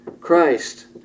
Christ